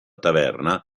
taverna